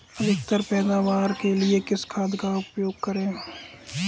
अधिकतम पैदावार के लिए किस खाद का उपयोग करें?